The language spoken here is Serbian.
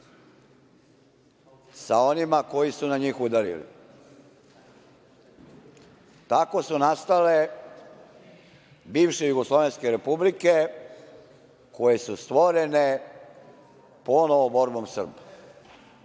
sa onima koji su na njih udarili. Tako su nastale bivše jugoslovenske republike koje su stvorene ponovo borbom Srba.